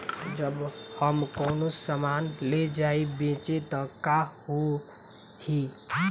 जब हम कौनो सामान ले जाई बेचे त का होही?